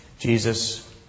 Jesus